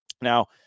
Now